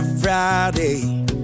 Friday